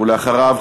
אחריו,